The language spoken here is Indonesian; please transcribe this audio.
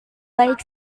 baik